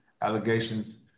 allegations